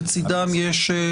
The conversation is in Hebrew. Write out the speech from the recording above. לצידם יש,